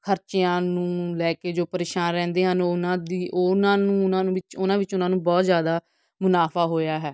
ਖਰਚਿਆਂ ਨੂੰ ਲੈ ਕੇ ਜੋ ਪਰੇਸ਼ਾਨ ਰਹਿੰਦੇ ਹਨ ਉਹਨਾਂ ਦੀ ਉਹਨਾਂ ਨੂੰ ਉਹਨਾਂ ਨੂੰ ਵਿੱਚ ਉਹਨਾਂ ਵਿੱਚ ਉਹਨਾਂ ਨੂੰ ਬਹੁਤ ਜ਼ਿਆਦਾ ਮੁਨਾਫਾ ਹੋਇਆ ਹੈ